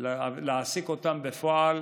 להעסיק אותם בפועל